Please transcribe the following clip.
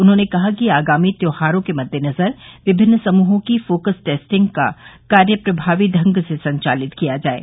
उन्होंने कहा कि आगामी त्यौहारों के मद्देनजर विभिन्न समूहों की फोकस टेस्टिंग का कार्य प्रमावी ढंग से संचालित किया जाये